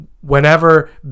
whenever